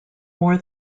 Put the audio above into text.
more